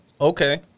Okay